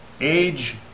age